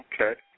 Okay